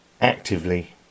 actively